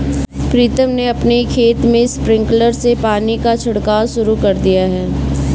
प्रीतम ने अपने खेत में स्प्रिंकलर से पानी का छिड़काव शुरू कर दिया है